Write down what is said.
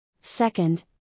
Second